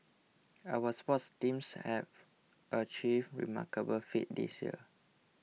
our sports teams have achieved remarkable feats this year